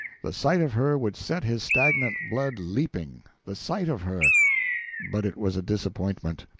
the sight of her would set his stagnant blood leaping the sight of her but it was a disappointment.